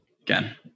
Again